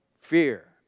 fear